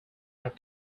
are